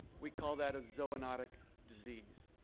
we call that a zoonotic disease,